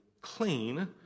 clean